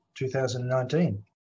2019